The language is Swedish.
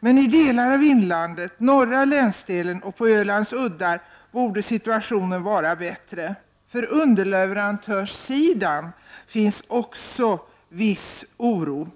Men i delar av inlandet, norra länsdelen och på Ölands uddar borde situationen vara bättre. För underleverantörssidan finns också viss oro.